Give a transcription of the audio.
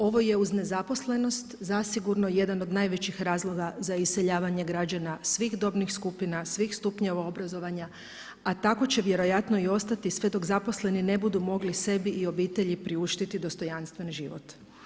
Ovo je uz nezaposlenost zasigurno jedan od najvećih razloga za iseljavanje građana svih dobnih skupina, svih stupnjeva obrazovanja, a tako će vjerojatno i ostati sve dok zaposleni ne budu mogli sebi i obitelji priuštiti dostojanstven život.